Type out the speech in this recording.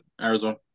Arizona